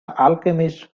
alchemist